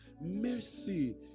Mercy